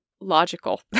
logical